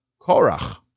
Korach